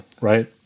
right